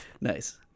Nice